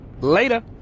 Later